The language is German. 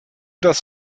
das